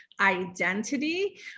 identity